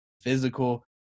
physical